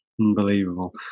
unbelievable